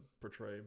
portray